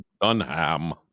Dunham